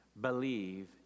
believe